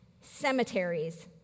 cemeteries